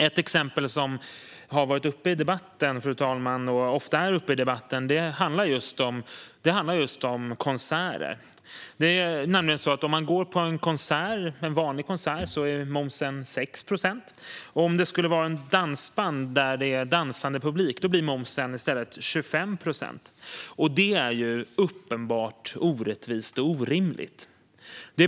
Ett exempel som har varit och ofta är uppe i debatten, fru talman, handlar om just konserter. För en vanlig konsert är momsen 6 procent. Om det handlar om ett dansband med dansande publik blir momsen i stället 25 procent. Det är uppenbart orättvist och orimligt.